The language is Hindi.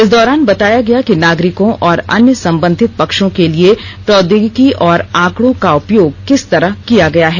इस दौरान बताया गया कि नागरिकों और अन्य संबंधित पक्षों के लिए प्रौद्योगिकी और आंकड़ों का उपयोग किस तरह किया गया है